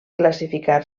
classificar